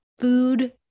Food